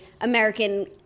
American